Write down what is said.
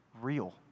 real